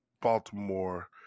Baltimore